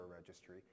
registry